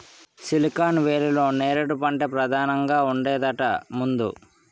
silicon వేలీలో నేరేడు పంటే పదానంగా ఉండేదట ముందు